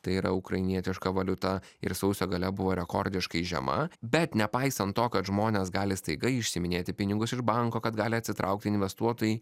tai yra ukrainietiška valiuta ir sausio gale buvo rekordiškai žema bet nepaisant to kad žmonės gali staiga išsiminėti pinigus iš banko kad gali atsitraukti investuotojai